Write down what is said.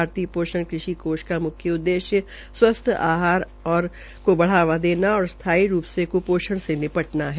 भारतीय पोषण कृषि कोष का मुख्य उददेश्य स्वस्थ आहार आदतों को बढ़ावा देना और स्थाई रूप से कुपोषण से निपटना है